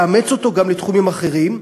לאמץ אותו גם לתחומים אחרים,